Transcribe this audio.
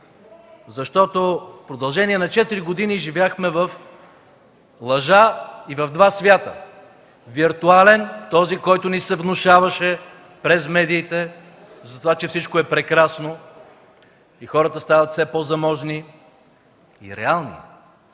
защото в продължение на четири години живяхме в лъжа и в два свята – виртуален, този, който ни се внушаваше през медиите с това, че всичко е прекрасно и хората стават все по-заможни, и реалният,